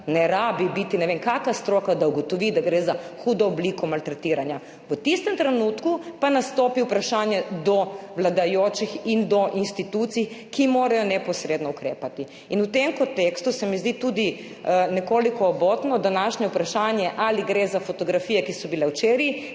ne rabi biti ne vem kakšna stroka, da ugotovi, da gre za hudo obliko maltretiranja. V tistem trenutku pa nastopi vprašanje do vladajočih in do institucij, ki morajo neposredno ukrepati. In v tem kontekstu se mi zdi tudi nekoliko obotno današnje vprašanje, ali gre za fotografije, ki so bile včeraj